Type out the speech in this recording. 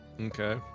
Okay